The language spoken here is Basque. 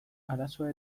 arazoa